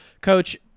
Coach